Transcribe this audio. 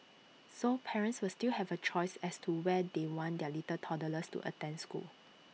so parents will still have A choice as to where they want their little toddlers to attend school